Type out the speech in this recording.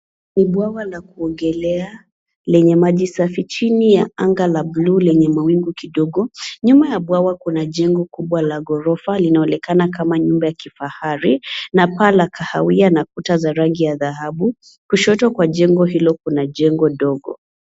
Ni bwawa la kuogelea lenye maji safi chini ya anga la bluu lenye mawingu kidogo. Nyuma ya bwawa kuna jengo kubwa la ghorofa linaonekana kama nyumba ya kifahari na paa la kahawia na kuta za rangi ya dhahabu. Kushoto kwa jengo hilo kuna jengo ndogo.